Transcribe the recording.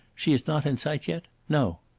she is not in sight yet? no.